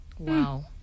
Wow